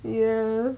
ya